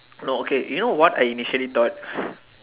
no okay you know what I initially thought